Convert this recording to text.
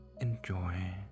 enjoy